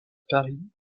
paris